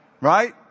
Right